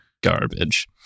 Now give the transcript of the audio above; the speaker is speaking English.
garbage